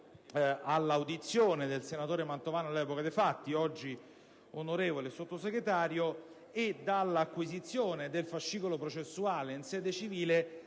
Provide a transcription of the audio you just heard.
all'audizione del deputato Mantovano, senatore all'epoca dei fatti, oggi onorevole Sottosegretario, e dall'acquisizione del fascicolo processuale in sede civile